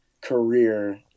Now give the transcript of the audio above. career